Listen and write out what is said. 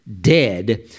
dead